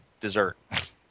dessert